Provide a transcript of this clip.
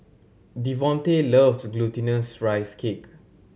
Devonte loves Glutinous Rice Cake